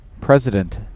President